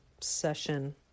session